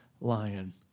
lion